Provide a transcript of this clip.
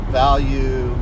value